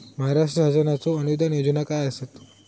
महाराष्ट्र शासनाचो अनुदान योजना काय आसत?